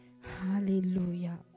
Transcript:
Hallelujah